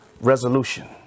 resolution